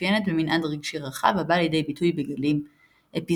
המתאפיינת במנעד רגשי רחב הבא לידי ביטוי בגלים אפיזודות,